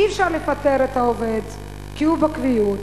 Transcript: אי-אפשר לפטר את העובד, כי הוא בקביעות.